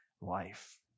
life